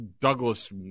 Douglas